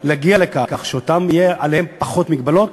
להגיע לכך שיהיו עליהם פחות מגבלות,